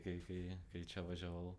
kai kai kai čia važiavau